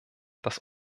dass